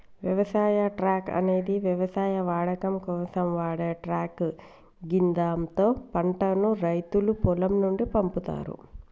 వ్యవసాయ ట్రక్ అనేది వ్యవసాయ వాడకం కోసం వాడే ట్రక్ గిదాంతో పంటను రైతులు పొలం నుండి పంపుతరు